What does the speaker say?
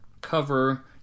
cover